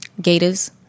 Gators